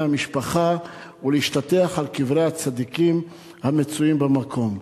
המשפחה ולהשתטח על קברי הצדיקים המצויים במקום.